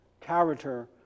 character